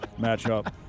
matchup